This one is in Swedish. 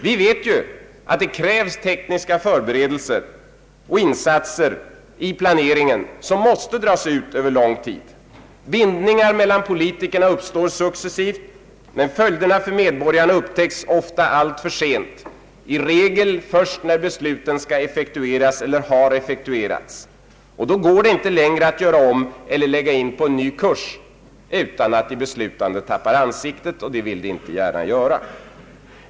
Vi vet att det krävs tekniska förberedelser och insatser i planeringen som måste dra ut över lång tid. Bindningar mellan politikerna uppstår successivt men följderna för medborgarna upptäcks ofta alltför sent, i regel först när besluten skall effektueras eller har effektuerats, och då går det inte längre att göra om eller lägga in på en ny kurs utan att de beslutande tappar ansiktet, och det vill de inte gärna göra.